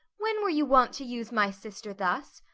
when were you wont to use my sister thus?